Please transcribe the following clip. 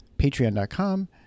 Patreon.com